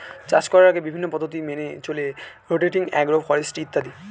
চাষ করার আগে বিভিন্ন পদ্ধতি মেনে চলে রোটেটিং, অ্যাগ্রো ফরেস্ট্রি ইত্যাদি